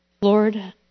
Lord